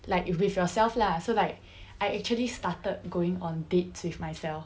like with yourself lah so like I actually started going on dates with myself